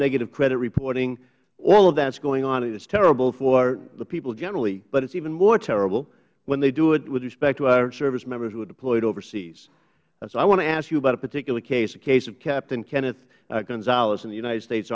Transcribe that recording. negative credit reporting all of that is going on and it is terrible for the people generally but it is even more terrible when they do it with respect to our service members who are deployed overseas and so i want to ask you about a particular case the case of captain kenneth gonzales in the united states